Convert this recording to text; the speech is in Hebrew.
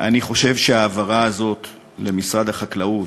אני חושב שההעברה הזאת למשרד החקלאות,